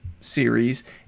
series